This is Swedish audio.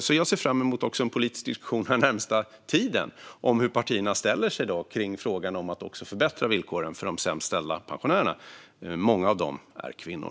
Jag ser också fram emot en politisk diskussion den närmaste tiden om hur partierna ställer sig till frågan om att förbättra villkoren för de sämst ställda pensionärerna, varav många är kvinnor.